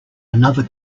another